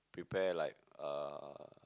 prepare like uh